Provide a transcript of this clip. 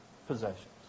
Possessions